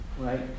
right